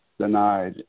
denied